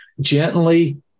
gently